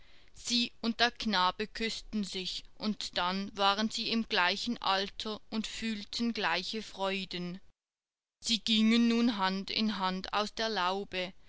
sie und der knabe küßten sich und dann waren sie im gleichen alter und fühlten gleiche freuden sie gingen nun hand in hand aus der laube